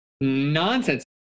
nonsense